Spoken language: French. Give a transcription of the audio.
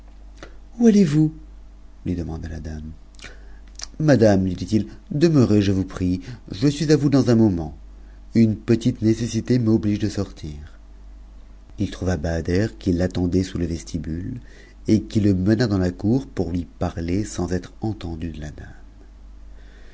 où allez-vous lui demanda la dame mattame iui dit-il demeurez je vous prie je suis à vous dans un moment une petite nécessité m'oblige de sortir a il trouva bahader qui l'attendait sous le vestibule et qui le mena dans la cour pour lui parlersans être entendu de la dame